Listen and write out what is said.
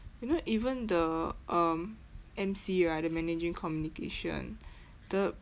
you know even the um M_C right the managing communication the